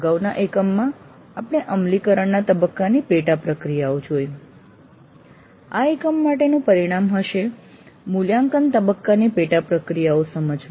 અગાઉના એકમમાં આપણે અમલીકરણના તબક્કાની પેટા પ્રક્રિયાઓ જોઈ આ એકમ માટેનું પરિણામ હશે મૂલ્યાંકન તબક્કાની પેટા પ્રક્રિયાઓ સમજવી